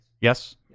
Yes